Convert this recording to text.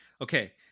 Okay